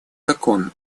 закон